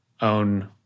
own